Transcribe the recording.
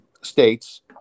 states